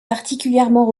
particulièrement